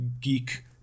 geek